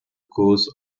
course